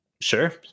Sure